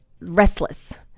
restless